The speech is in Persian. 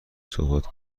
صحبت